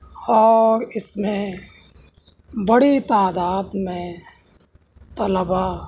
اور اس میں بڑی تعداد میں طلباء